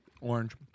Orange